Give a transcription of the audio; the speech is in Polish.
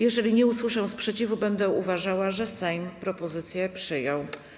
Jeżeli nie usłyszę sprzeciwu, będę uważała, że Sejm propozycję przyjął.